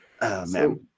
man